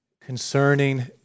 concerning